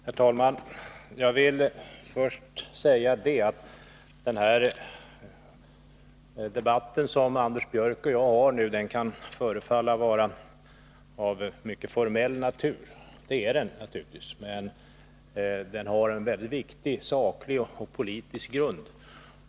Herr talman! Jag vill först säga att den debatt som Anders Björck och jag nu för kan förefalla vara av mycket formell natur. Det är den naturligtvis, men den har en mycket viktig saklig och politisk grund.